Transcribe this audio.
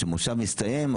כשמושב מסתיים,